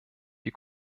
die